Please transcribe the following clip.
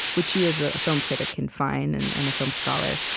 which you, as a film critic, can find and and a film scholar.